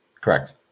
Correct